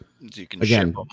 again